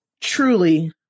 truly